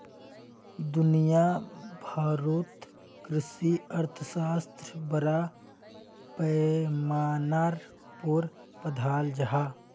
दुनिया भारोत कृषि अर्थशाश्त्र बड़ा पैमानार पोर पढ़ाल जहा